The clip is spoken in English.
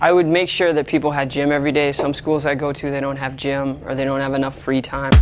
i would make sure that people had gym every day some schools i go to they don't have gym or they don't have enough free time